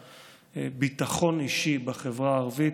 ביטחון אישי בחברה הערבית,